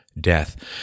Death